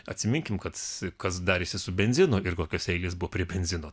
atsiminkim kad kas darėsi su benzinu ir kokios eilės buvo prie benzino